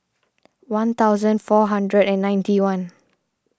one thousand four hundred and ninety one